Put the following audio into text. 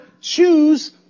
choose